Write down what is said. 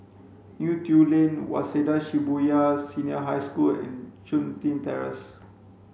Neo Tiew Lane Waseda Shibuya Senior High School and Chun Tin Terrace